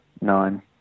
nine